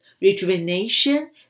rejuvenation